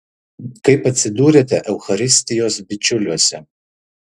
kaip atsidūrėte eucharistijos bičiuliuose